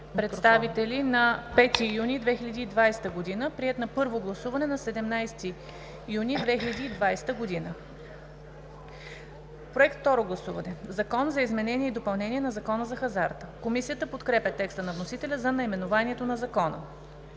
представители на 5 юни 2020 г., приет на първо гласуване на 17 юни 2020 г. Проект – второ гласуване. „Закон за изменение и допълнение на Закона за хазарта“.“ Комисията подкрепя текста на вносителя за наименованието на Закона.